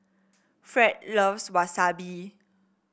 Fred loves Wasabi